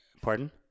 pardon